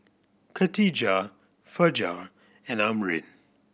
Katijah Fajar and Amrin